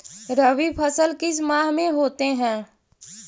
रवि फसल किस माह में होते हैं?